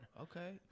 Okay